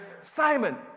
Simon